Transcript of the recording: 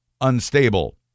unstable